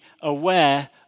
aware